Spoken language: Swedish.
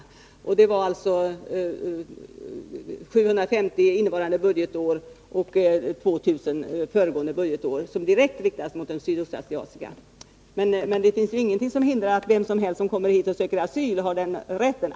Antalet flyktingar därifrån har alltså varit 750 för innevarande budgetår och 2000 för föregående budgetår — och de besluten var direkt riktade mot sydostasiatiska flyktingar. Men det finns ingenting som hindrar att vem som helst som kommer hit söker asyl.